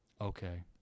Okay